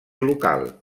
local